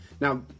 Now